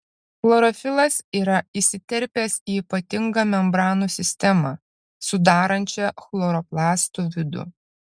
chlorofilas yra įsiterpęs į ypatingą membranų sistemą sudarančią chloroplastų vidų